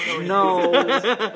No